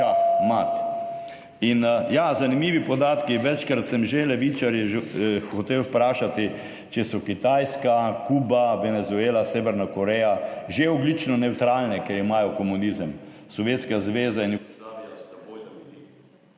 šah mat. Zanimivi podatki. Večkrat sem že levičarje hotel vprašati, ali so Kitajska, Kuba, Venezuela, Severna Koreja že ogljično nevtralne, ker imajo komunizem. Sovjetska zveza in Jugoslavija sta vojno dobili.